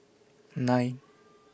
nine